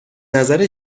نظر